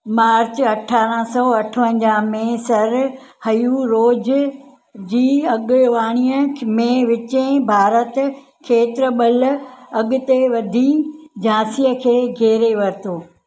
मार्च अठारह सौ अठवंजाहु में सर हयूं रोज़ जी अॻिवाणीअ में विचें भारत खेत्र बल अॻिते वधी झांसीअ खे घेरे वरितो